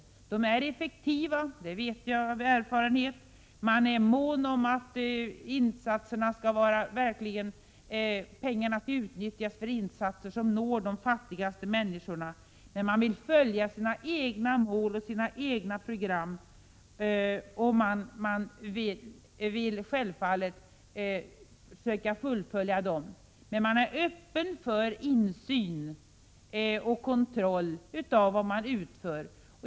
De är effektiva — det vet vi av erfarenhet. Man är mån om att pengarna verkligen skall utnyttjas för insatser som når de fattigaste människorna. Man vill följa sina egna mål och sina egna program, som man självfallet vill söka fullfölja. Man är emellertid öppen för insyn och kontroll av vad man utför.